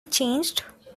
changed